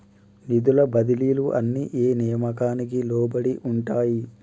నిధుల బదిలీలు అన్ని ఏ నియామకానికి లోబడి ఉంటాయి?